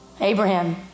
Abraham